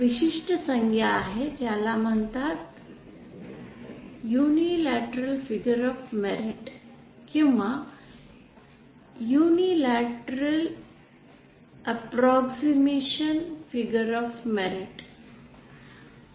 एक विशिष्ट संज्ञा आहे ज्याला म्हणतात युनिलॅटरल फिगर ऑफ मेरिट किंवा unilateral approximation figure of merit